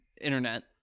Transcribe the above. internet